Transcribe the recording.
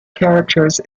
characters